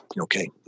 Okay